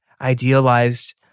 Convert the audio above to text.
idealized